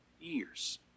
years